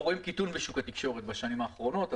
אנחנו רואים קיטון בשוק התקשורת בשנים האחרונות.